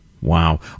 Wow